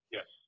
Yes